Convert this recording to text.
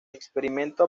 experimento